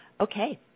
Okay